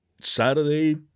Saturday